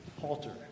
Halter